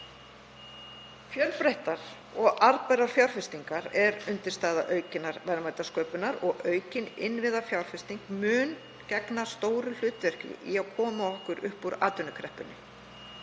Fjölbreyttar og arðbærar fjárfestingar eru undirstaða aukinnar verðmætasköpunar og aukin innviðafjárfesting mun gegna stóru hlutverki í að koma okkur upp úr atvinnukreppunni.